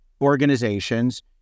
organizations